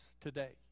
today